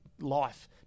life